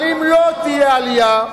אבל אם לא תהיה עלייה,